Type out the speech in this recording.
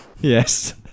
Yes